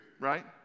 right